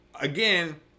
again